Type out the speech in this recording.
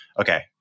okay